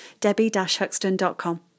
debbie-huxton.com